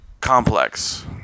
complex